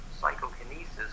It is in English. psychokinesis